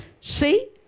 See